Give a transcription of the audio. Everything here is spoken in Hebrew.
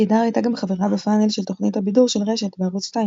תדהר הייתה גם חברה בפאנל של תוכנית הבידור של "רשת" בערוץ 2,